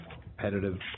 competitive